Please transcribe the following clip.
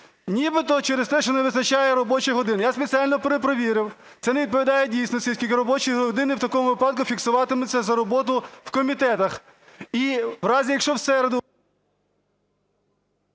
нібито через те, що не вистачає робочих годин. Я спеціально перепровірив, це не відповідає дійсності, оскільки робочі години в такому випадку фіксуватимуться за роботу в комітетах.